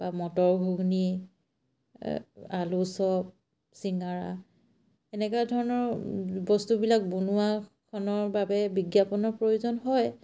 বা মটৰ ঘুগুনি আলু চপ চিঙাৰা এনেকুৱা ধৰণৰ বস্তুবিলাক বনোৱাখনৰ বাবে বিজ্ঞাপনৰ প্ৰয়োজন হয়